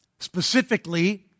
Specifically